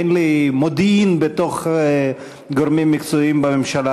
אין לי מודיעין בתוך גורמים מקצועיים בממשלה,